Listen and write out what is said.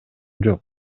жок